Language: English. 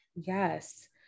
Yes